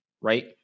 right